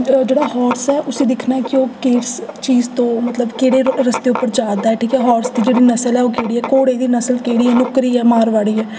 जेह्ड़ा हार्स ऐ उसी दिक्खना ऐ कि ओह् किस चीज तू मतलब केह्ड़े रस्ते उप्पर जारदा ऐ ठीक ऐ हार्स दी जेह्ड़ी नसल ऐ ओह् केह्ड़ी ऐ घोड़े दी नसल केह्ड़ी ऐ नुक्करी ऐ मारवाड़ी ऐ